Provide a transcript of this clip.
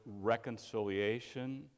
reconciliation